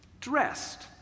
dressed